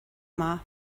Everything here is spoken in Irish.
maith